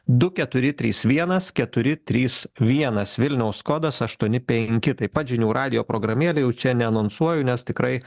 du keturi trys vienas keturi trys vienas vilniaus kodas aštuoni penki taip pat žinių radijo programėlė jau čia neanonsuoju nes tikrai